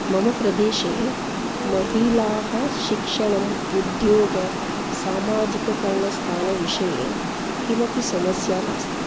मम प्रदेशे महिलाः शिक्षणं उद्योगसामाजिककरणस्थानविषये किमपि समस्या नास्ति